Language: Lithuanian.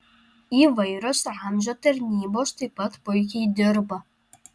įvairios ramzio tarnybos taip pat puikiai dirba